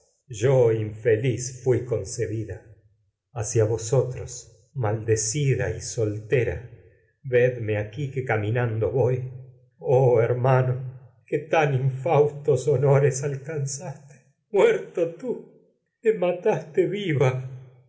infeliz fui concebida aquí que hacia vosotros nando maldecida soltera vedme tan cami voy oh hermano que me infaustos honores alcanzaste muerto tú mataste viva